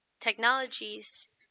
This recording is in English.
technologies